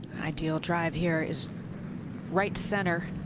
ideal drive here is right center.